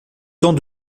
temps